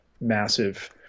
massive